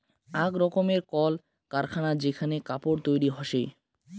আক রকমের কল কারখানা যেখানে কাপড় তৈরী হসে